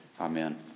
Amen